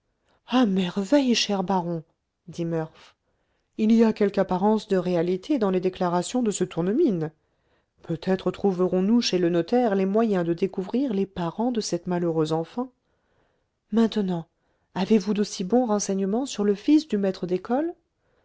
à merveille cher baron dit murph il y a quelque apparence de réalité dans les déclarations de ce tournemine peut-être trouverons-nous chez le notaire les moyens de découvrir les parents de cette malheureuse enfant maintenant avez-vous d'aussi bons renseignements sur le fils du maître d'école